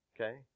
Okay